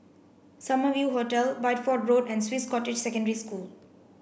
Summer View Hotel Bideford Road and Swiss Cottage Secondary School